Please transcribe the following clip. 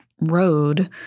road